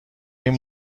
این